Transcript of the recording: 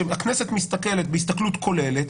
שהכנסת מסתכלת בהסתכלות כוללת,